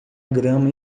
grama